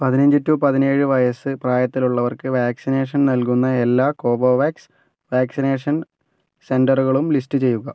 പതിനഞ്ച് ടു പതിനേഴ് വയസ്സ് പ്രായത്തിലുള്ളവർക്ക് വാക്സിനേഷൻ നൽകുന്ന എല്ലാ കോവോവാക്സ് വാക്സിനേഷൻ സെൻ്ററുകളും ലിസ്റ്റ് ചെയ്യുക